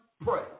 pray